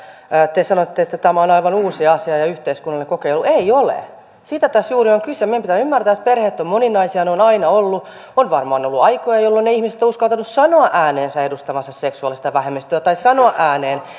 te sanoitte että tämä on aivan uusi asia ja yhteiskunnallinen kokeilu ei ole siitä tässä juuri on kyse meidän pitää ymmärtää että perheet ovat moninaisia ne ovat aina olleet on varmaan ollut aikoja jolloin ne ihmiset eivät ole uskaltaneet sanoa ääneen edustavansa seksuaalista vähemmistöä tai sanoa ääneen